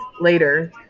later